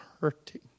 hurting